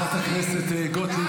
חברת הכנסת גוטליב,